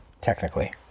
technically